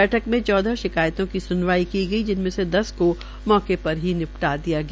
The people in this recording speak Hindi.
बैठक मे चौदह शिकायतों की सुनवाई हुई जिनमें से दस को मौके पर ही निपटाया गया